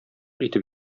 итеп